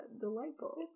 delightful